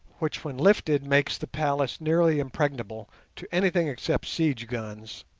which when lifted makes the palace nearly impregnable to anything except siege guns.